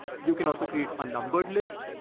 you can also create a numbered list.